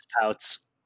Pouts